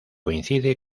coincide